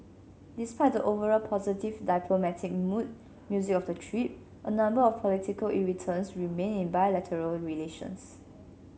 despite the overall positive diplomatic mood music of the trip a number of political irritants remain in bilateral relations